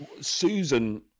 Susan